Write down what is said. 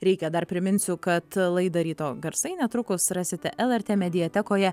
reikia dar priminsiu kad laidą ryto garsai netrukus rasite lrt mediatekoje